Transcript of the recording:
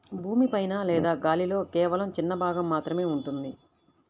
భూమి పైన లేదా గాలిలో కేవలం చిన్న భాగం మాత్రమే ఉంటుంది